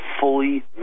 fully